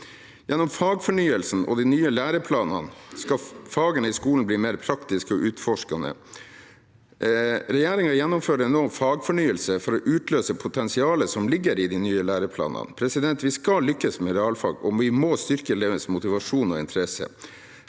Gjennom fagfornyelsen og de nye læreplanene skal fagene i skolen blir mer praktiske og utforskende. Regjeringen gjennomfører nå en fagfornyelse for å utløse potensialet som ligger i de nye læreplanene. Vi skal lykkes med realfag, og vi må styrke elevenes motivasjon og interesse.